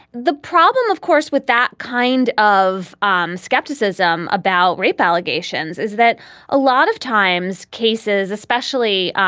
the problem, of course, with that kind of um skepticism about rape allegations is that a lot of times cases, especially